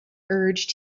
urged